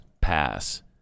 pass